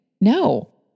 No